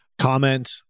comment